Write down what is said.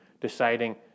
deciding